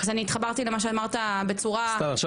אני התחברתי למה שאמרת בצורה מאוד --- עכשיו